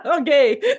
Okay